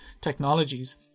technologies